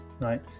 right